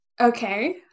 Okay